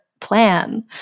plan